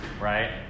right